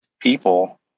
People